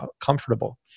comfortable